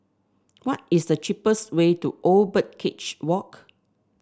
what is the cheapest way to Old Birdcage Walk